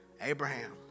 Abraham